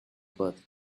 birth